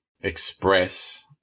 express